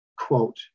quote